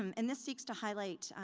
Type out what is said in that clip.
um and this seeks to highlight,